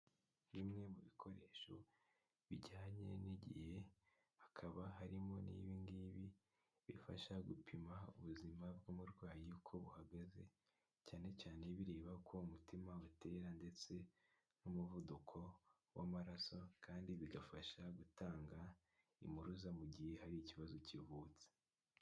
Bimwe mu bikoresho bijyanye n'igihe, hakaba harimo n'ibi ngibi bifasha gupima ubuzima bw'umurwayi uko buhagaze, cyane cyane bireba uko umutima utera ndetse n'umuvuduko w'amaraso kandi bigafasha gutanga impuruza mu gihe hari ikibazo kivutse.